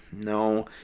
No